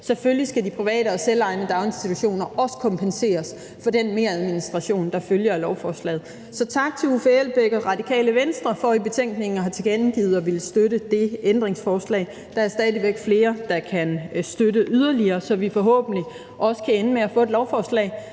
Selvfølgelig skal de private og selvejende daginstitutioner også kompenseres for den meradministration, der følger af lovforslaget. Så tak til Uffe Elbæk og Radikale Venstre for i betænkningen at have tilkendegivet at ville støtte det ændringsforslag. Der er stadig væk flere, der kan støtte yderligere, så vi forhåbentlig også kan ende med at få et lovforslag,